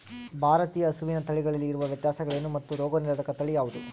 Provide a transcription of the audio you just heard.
ಭಾರತೇಯ ಹಸುವಿನ ತಳಿಗಳಲ್ಲಿ ಇರುವ ವ್ಯತ್ಯಾಸಗಳೇನು ಮತ್ತು ರೋಗನಿರೋಧಕ ತಳಿ ಯಾವುದು?